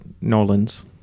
Nolan's